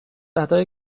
ادای